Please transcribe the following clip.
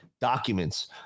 documents